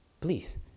please